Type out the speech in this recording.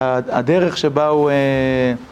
הדרך שבה הוא...